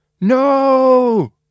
No